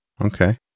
Okay